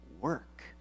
work